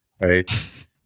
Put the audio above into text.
right